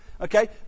Okay